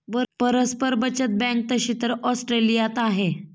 परस्पर बचत बँक तशी तर ऑस्ट्रेलियात आहे